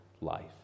life